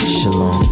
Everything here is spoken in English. Shalom